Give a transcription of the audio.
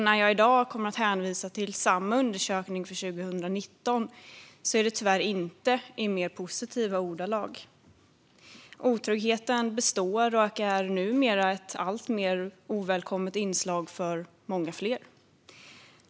När jag i dag hänvisar till undersökningen för 2019 gör jag det tyvärr inte i mer positiva ordalag. Otryggheten består och är numera ett alltmer ovälkommet inslag för många fler.